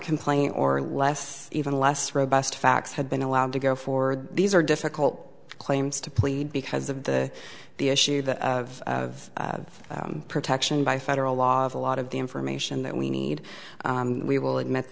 complaining or less even less robust facts had been allowed to go for these are difficult claims to plead because of the the issue that of protection by federal law of a lot of the information that we need we will admit